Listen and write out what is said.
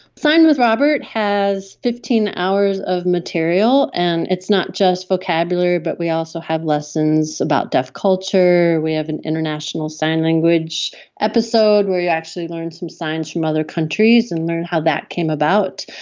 sign with robert has fifteen hours of material, and it's not just a vocabulary but we also have lessons about deaf culture, we have an international sign language episode where you actually learn some signs from other countries and learn how that came about,